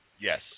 Yes